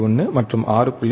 1 மற்றும் 6